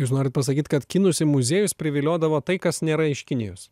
jūs norit pasakyt kad kinus į muziejus priviliodavo tai kas nėra iš kinijos